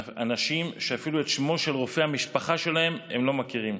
אנשים שאפילו את שמו של רופא המשפחה שלהם הם לא מכירים.